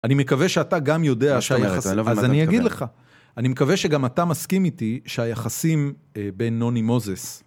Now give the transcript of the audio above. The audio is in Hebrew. אני מקווה שאתה גם יודע שהיחסים, אז אני אגיד לך, אני מקווה שגם אתה מסכים איתי שהיחסים בין נוני מוזס.